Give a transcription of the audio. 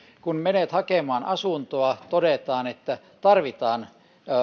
kun menet hakemaan asuntoa todetaan että tarvitaan